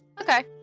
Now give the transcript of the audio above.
okay